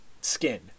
skin